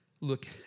look